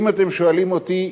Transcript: אם אתם שואלים אותי,